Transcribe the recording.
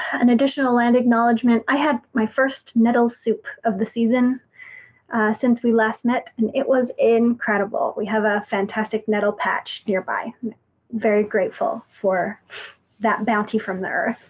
an additional land acknowledgement. i had my first nettle soup of the season since we last met, and it was incredible. we have a fantastic nettle patch nearby. i'm very grateful for that bounty from there.